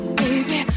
baby